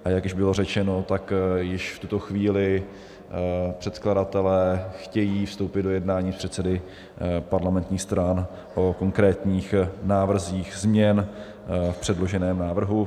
A jak už bylo řečeno, tak již v tuto chvíli předkladatelé chtějí vstoupit do jednání s předsedy parlamentních stran o konkrétních návrzích změn v předloženém návrhu.